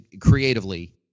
creatively